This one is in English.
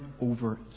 over